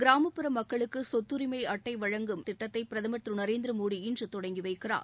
கிராமப்புற மக்களுக்கு சொத்தரிமை அட்டை வழங்கும் திட்டத்தை பிரதமர் திரு நரேந்திர மோடி இன்று தொடங்கி வைக்கிறார்